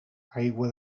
aigua